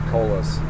Cola's